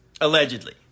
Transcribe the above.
Allegedly